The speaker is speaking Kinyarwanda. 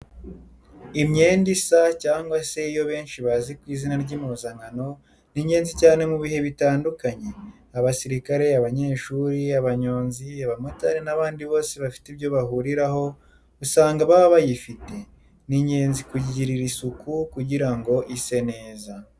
Imyenda Isa cyangwa se iyo benshi bazi ku izina ry'impuzankano, ni ingenzi cyane mu bihe bitandukanye. Abasirikare, abanyeshuri, abanyonzi, abamotari n'abandi bose bafite ibyo bahuriraho, usanga baba bayifite. Ni ingenzi kuyigirira isuku kugira ngo ise neza.